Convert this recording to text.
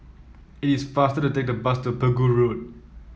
it is faster to take the bus to Pegu Road